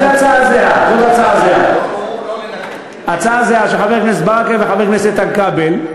אז זאת בדיוק ההצעה שהציע חבר הכנסת איתן כבל.